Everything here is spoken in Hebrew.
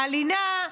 הלינה.